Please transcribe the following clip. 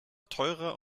teurer